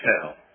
tell